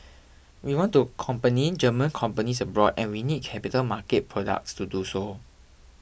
we want to company German companies abroad and we need capital market products to do so